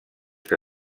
que